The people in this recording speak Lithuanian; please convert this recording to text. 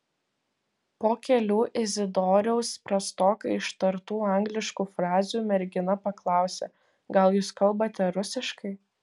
po kelių izidoriaus prastokai ištartų angliškų frazių mergina paklausė gal jūs kalbate rusiškai